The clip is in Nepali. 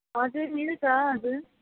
हजुर मिल्छ हजुर